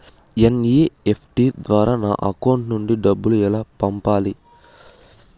NEFT ద్వారా నా account నుండి డబ్బులు ఎలా పంపాలి